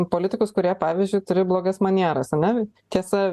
politikus kurie pavyzdžiui turi blogas manieras ane tiesa